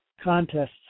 contests